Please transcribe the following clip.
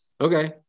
Okay